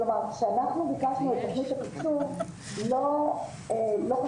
כשאנחנו ביקשנו את תוכנית התקשוב לא חשבנו